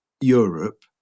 Europe